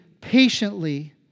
patiently